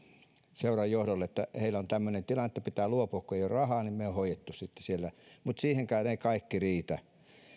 seuran johdolle että heillä on tämmöinen tilanne että pitää luopua kun ei ole rahaa niin me olemme hoitaneet sen sitten siellä mutta siihenkään ei kaikki riitä